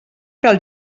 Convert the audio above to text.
del